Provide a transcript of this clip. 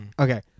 Okay